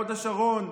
הוד השרון,